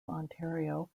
ontario